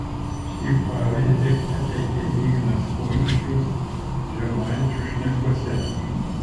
šį pavyzdį pateikia ignas končius žemaičio šnekose